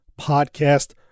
podcast